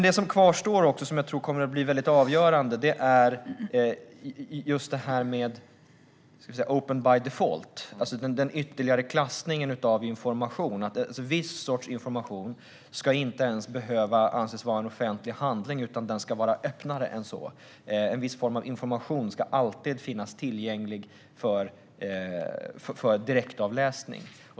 Det som kvarstår och som jag tror kommer att bli mycket avgörande handlar om open by default, alltså den ytterligare klassningen av information. Viss sorts information ska alltså inte ens behöva anses vara en offentlig handling, utan den ska vara öppnare än så. En viss form av information ska alltid finnas tillgänglig för direktavläsning.